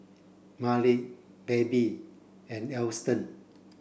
Mallie Babe and Alston